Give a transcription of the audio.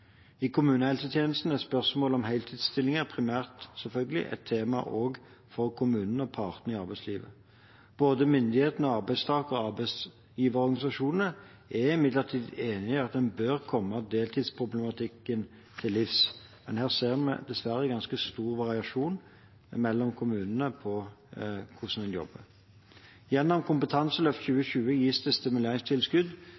I kommunehelsetjenesten er spørsmål om heltidsstillinger primært, selvfølgelig, et tema også for kommunene og partene i arbeidslivet. Både myndighetene og arbeidstaker- og arbeidsgiverorganisasjonene er imidlertid enig i at en bør komme deltidsproblematikken til livs, men her ser vi dessverre ganske stor variasjon mellom kommunene på hvordan en jobber. Gjennom Kompetanseløft